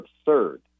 absurd